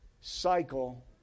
cycle